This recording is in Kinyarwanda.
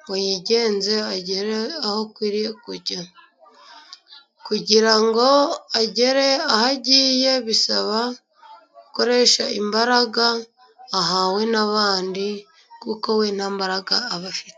ngo yigenze agere aho akwiriye kujya, kugira ngo agere aho agiye, bisaba gukoresha imbaraga ahawe n'abandi, kuko we nta mbaraga aba afite.